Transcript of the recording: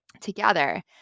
together